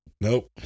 nope